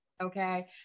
Okay